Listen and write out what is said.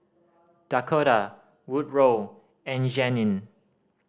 Dakotah Woodroe and Jeannine